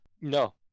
no